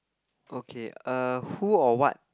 okay err who or what